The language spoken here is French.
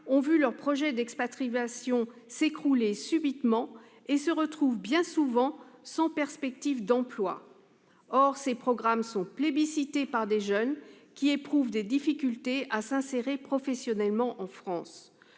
ont vu leur projet d'expatriation s'écrouler subitement et se retrouvent bien souvent sans perspective d'emploi. Or ces programmes sont plébiscités par des jeunes qui éprouvent des difficultés à s'insérer professionnellement en France.